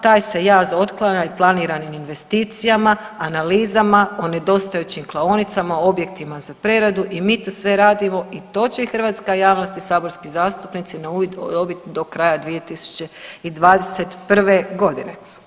Taj se jaz otklanja i planiranim investicijama, analizama o nedostajućim klaonicama, objektima za preradu i mi to sve radimo i to će i hrvatska javnost i saborski zastupnici na uvid dobiti do kraja 2021. godine.